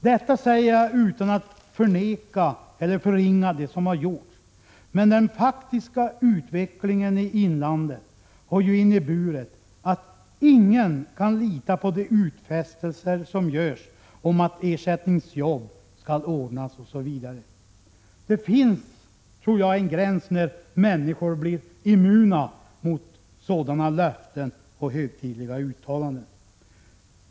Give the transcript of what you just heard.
Detta säger jag utan att vilja förneka eller förringa det som har gjorts, men den faktiska utvecklingen i inlandet har inneburit att ingen kan lita på utfästelserna om att ersättningsjobb skall ordnas osv. Det finns en gräns när människor blir immuna mot sådana löften och högtidliga uttalanden.